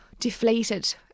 deflated